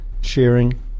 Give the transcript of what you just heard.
sharing